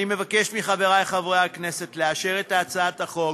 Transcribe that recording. אני מבקש מחברי חברי הכנסת לאשר את הצעת החוק.